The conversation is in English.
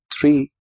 three